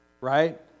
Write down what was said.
right